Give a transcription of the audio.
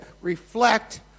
reflect